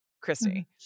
Christy